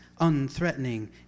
unthreatening